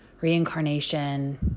reincarnation